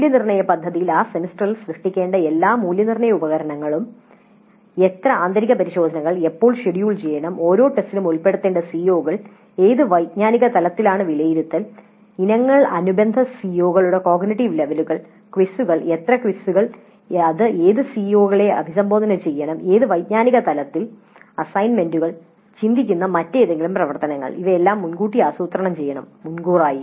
മൂല്യനിർണ്ണയ പദ്ധതിയിൽ ആ സെമസ്റ്ററിൽ സൃഷ്ടിക്കേണ്ട എല്ലാ മൂല്യനിർണ്ണയ ഉപകരണങ്ങളും എത്ര ആന്തരിക പരിശോധനകൾ എപ്പോൾ ഷെഡ്യൂൾ ചെയ്യേണം ഓരോ ടെസ്റ്റിലും ഉൾപ്പെടുത്തേണ്ട സിഒകൾ ഏത് വൈജ്ഞാനിക തലത്തിലാണ് വിലയിരുത്തൽ ഇനങ്ങൾ അനുബന്ധ സിഒകളുടെ കോഗ്നിറ്റീവ് ലെവലുകൾ ക്വിസുകൾ എത്ര ക്വിസുകൾ ഏത് സിഒകളെ അഭിസംബോധന ചെയ്യണം ഏത് വൈജ്ഞാനിക തലങ്ങളിൽ അസൈൻമെന്റുകൾ ചിന്തിക്കുന്ന മറ്റേതെങ്കിലും പ്രവർത്തനങ്ങൾ അവയെല്ലാം മുൻകൂട്ടി ആസൂത്രണം ചെയ്യണം മുൻകൂറായി